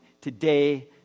today